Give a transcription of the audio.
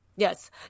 Yes